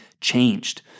changed